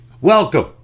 Welcome